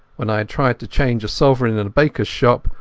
when i had tried to change a sovereign in a bakeras shop,